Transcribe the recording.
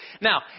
Now